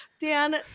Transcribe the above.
Dan